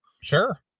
Sure